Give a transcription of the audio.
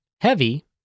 heavy